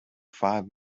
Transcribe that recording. five